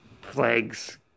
flags